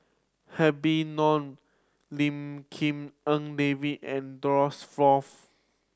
Habib Noh Lim En David and Douglas Foo